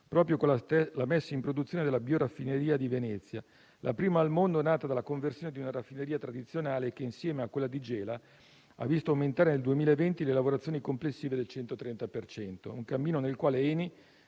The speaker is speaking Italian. proprio con la messa in produzione della bioraffineria di Venezia, la prima al mondo nata dalla conversione di una raffineria tradizionale che, insieme a quella di Gela, ha visto aumentare nel 2020 le lavorazioni complessive del 130 per cento. È un cammino nel quale ENI